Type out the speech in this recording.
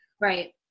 Right